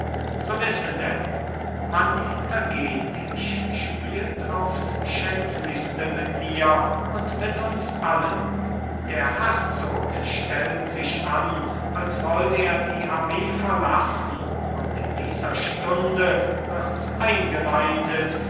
so wisse denn man hintergeht dich spielt aufs schändlichste mit dir und mit uns allen der herzog stellt sich an als wollt er die armee verlassen und in dieser stunde wirds eingeleitet